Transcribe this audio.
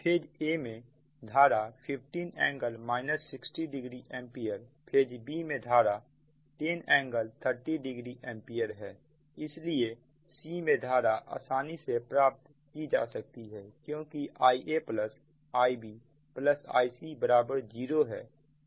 phase a में धारा 15 ㄥ 60oएंपियर फेज b में धारा 10ㄥ30oएंपियर है इसलिए c में धारा आसानी से प्राप्त की जा सकती है क्योंकि IaIbIc0 है